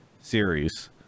series